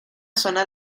zona